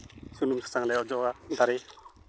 ᱥᱩᱱᱩᱢ ᱥᱟᱥᱟᱝ ᱞᱮ ᱚᱡᱚᱜᱼᱟ ᱫᱟᱨᱮ